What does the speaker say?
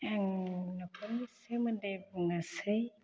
आं नखरनि सोमोन्दै बुंनोसै